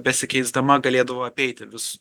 besikeisdama galėdavo apeiti vis